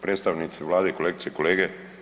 Predstavnici vlade, kolegice i kolege.